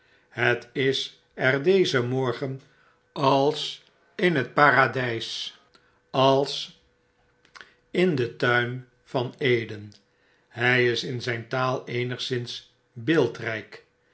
het is er dezen morgen als in het paradys als in den tuin van eden hy is in zijn taal eenigszins beeldrp